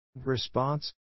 response